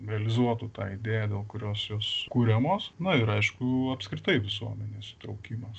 realizuotų tą idėją dėl kurios jos kuriamos na ir aišku apskritai visuomenės įtraukimas